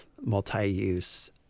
multi-use